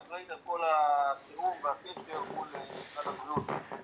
אחראית על כל התיאום והקשר מול משרד הבריאות.